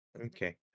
okay